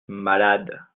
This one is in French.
malades